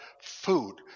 food